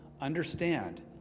Understand